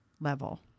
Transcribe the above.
level